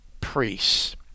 priests